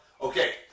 Okay